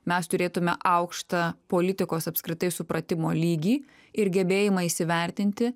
mes turėtume aukštą politikos apskritai supratimo lygį ir gebėjimą įsivertinti